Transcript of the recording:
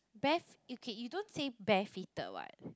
bare fee~ okay you don't say bare feeted what